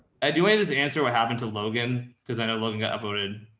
i do way this answer. what happened to logan? because i know logan got voted